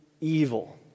evil